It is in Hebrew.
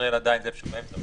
בישראל עדיין זה איפשהו באמצע.